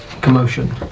commotion